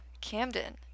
Camden